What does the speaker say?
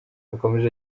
yakomeje